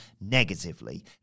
negatively